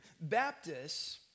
Baptists